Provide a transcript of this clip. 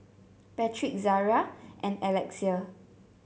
Patric Zaria and Alexia